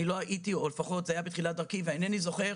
זה היה בתחילת דרכי ואינני זוכר,